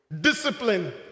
discipline